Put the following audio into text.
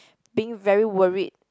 being very worried